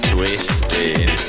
Twisted